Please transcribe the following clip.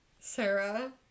Sarah